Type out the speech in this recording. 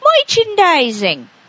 Merchandising